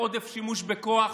עודף שימוש בכוח